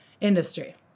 industry